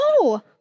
No